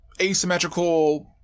asymmetrical